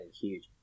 huge